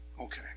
Okay